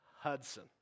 Hudson